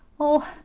oh,